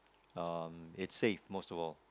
um it's safe most of all